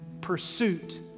pursuit